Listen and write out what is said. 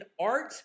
art